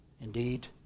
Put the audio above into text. Indeed